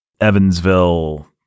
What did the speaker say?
Evansville